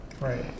Right